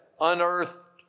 unearthed